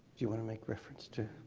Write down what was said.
you wanna make reference to,